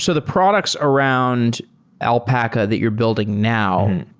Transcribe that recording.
so the products around alpaca that you're building now,